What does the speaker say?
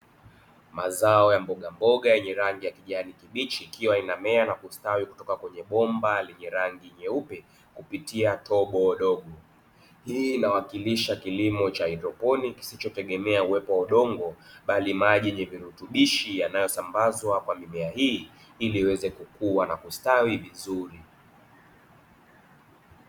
Mazao ya mbogamboga yenye rangi ya kijani kibichi ikiwa imemea na kustawi kutoka kwenye bomba lenye rangi nyeupe kutoka kupitia tobo dogo, hii inawakilisha kilimo cha haidroponi kisichotegmea uwepo wa udongo bali maji yenye virutubishi yanayosambazwa kwa mimea hii ili iweze kukua na kustawi vizuri.